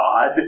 God